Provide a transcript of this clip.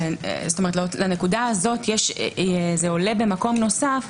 הנקודה הזאת זה עולה במקום נוסף,